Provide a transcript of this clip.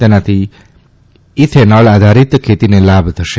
તેનાથી ઇથેનોલ આધારીત ખેતીને લાભ થશે